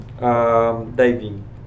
Diving